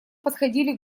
подходили